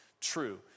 true